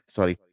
Sorry